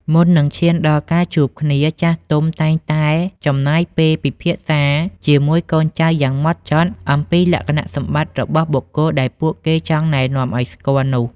មុននឹងឈានដល់ការជួបគ្នា ចាស់ទុំតែងតែចំណាយពេលពិភាក្សាជាមួយកូនចៅយ៉ាងម៉ត់ចត់អំពីលក្ខណៈសម្បត្តិរបស់បុគ្គលដែលពួកគេចង់ណែនាំឱ្យស្គាល់នោះ។